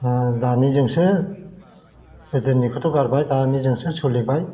दानिजोंसो गोदोनिखौथ' गारबाय दानिजोंसो सोलिबाय